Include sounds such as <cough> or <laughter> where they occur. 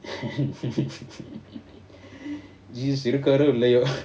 <laughs> jesus இருக்காருஇல்லையோ:irukkaruillaiyo